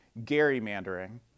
gerrymandering